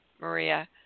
Maria